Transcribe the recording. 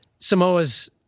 Samoas